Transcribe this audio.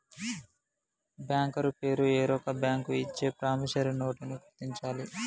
banker పేరు వేరొక bank ఇచ్చే ప్రామిసరీ నోటుని గుర్తించాలి